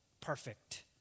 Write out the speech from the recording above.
perfect